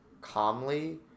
calmly